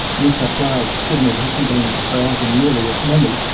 new south wales, sydney hasn't been creating nearly as many,